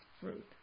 fruit